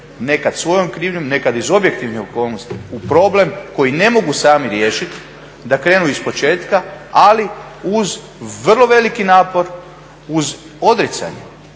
nekad svojom krivnjom, nekad iz objektivnih okolnosti u problem koji ne mogu sami riješiti da krenu ispočetka ali uz vrlo veliki napor, uz odricanje.